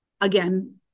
again